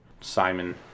Simon